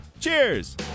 Cheers